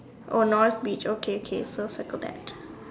oh North beach okay okay so circle that